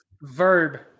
verb